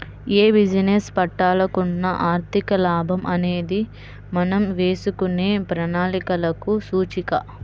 యే బిజినెస్ పెట్టాలనుకున్నా ఆర్థిక లాభం అనేది మనం వేసుకునే ప్రణాళికలకు సూచిక